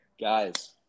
Guys